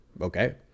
Okay